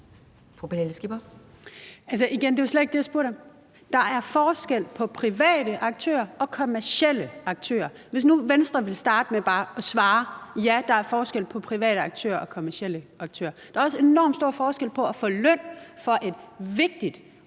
Der er forskel på private aktører og kommercielle aktører. Venstre kunne bare starte med at svare, at ja, der er forskel på private aktører og kommercielle aktører. Der er også enormt stor forskel på at få løn for et vigtigt